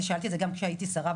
שאלתי את זה גם כשהייתי שרה,